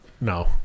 no